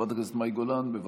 חברת הכנסת מאי גולן, בבקשה.